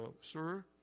sir